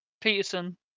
Peterson